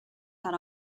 had